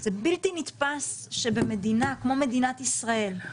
בלתי נתפס שבמדינה כמו מדינת ישראל,